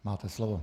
Máte slovo.